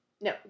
No